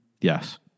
Yes